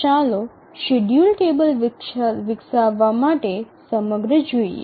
ચાલો schedule table વિકસાવવા માટે સમગ્ર જોઈએ